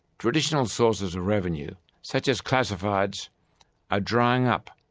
traditional sources of revenue such as classifieds are drying up,